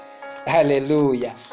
Hallelujah